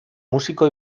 músico